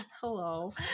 Hello